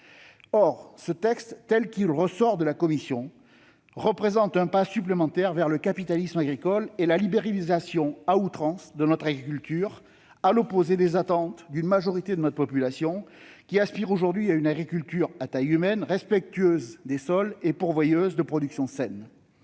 Or ce texte, tel qu'il est issu des travaux de la commission, représente un pas supplémentaire vers le capitalisme agricole et la libéralisation à outrance de notre agriculture, à l'opposé des attentes d'une majorité de notre population, laquelle aspire aujourd'hui à une agriculture à taille humaine, respectueuse des sols et pourvoyeuse de productions saines.